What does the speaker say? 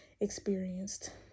experienced